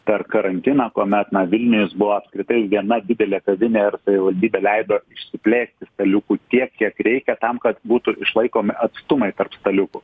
per karantiną kuomet na vilnius buvo apskritai viena didelė kavinė ar savivaldybė leido išsiplėsti staliukų tiek kiek reikia tam kad būtų išlaikomi atstumai tarp staliukų